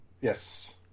Yes